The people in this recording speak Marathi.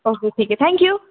ओके ठीक आहे थँक्यू